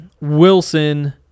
wilson